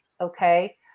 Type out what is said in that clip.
okay